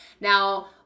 Now